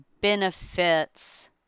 benefits